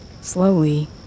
Slowly